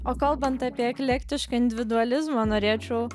o kalbant apie eklektišką individualizmą norėčiau